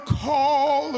call